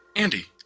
andi.